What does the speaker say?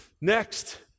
Next